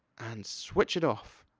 and switch it off.